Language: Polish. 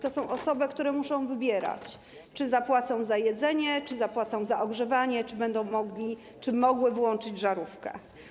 To są osoby, które muszą wybierać, czy zapłacą za jedzenie, czy zapłacą za ogrzewanie, czy będą mogły włączyć żarówkę.